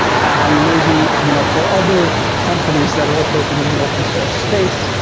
and maybe you know for other companies that are operating in the open source space,